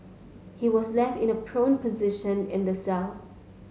he was left in a prone position in the cell